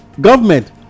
government